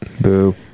Boo